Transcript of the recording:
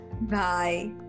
bye